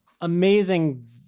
Amazing